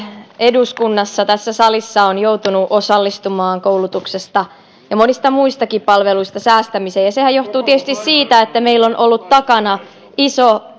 eduskunnassa tässä salissa on joutunut osallistumaan koulutuksesta ja monista muistakin palveluista säästämiseen ja sehän johtuu tietysti siitä että meillä on ollut takana iso